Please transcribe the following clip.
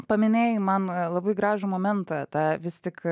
paminėjai man labai gražų momentą ta vis tik